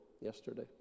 yesterday